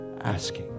asking